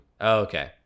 Okay